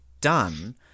done